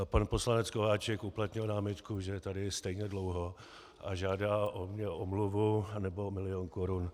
Pan poslanec Kováčik uplatnil námitku, že je tady stejně dlouho, a žádá po mně omluvu, anebo milion korun .